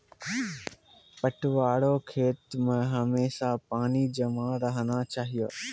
पटुआ रो खेत मे हमेशा पानी जमा रहना चाहिऔ